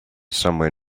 somewhere